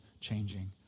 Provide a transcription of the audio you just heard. changing